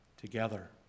together